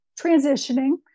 transitioning